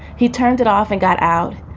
he turned it off and got out.